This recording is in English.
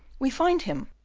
we find him,